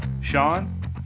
Sean